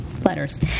Letters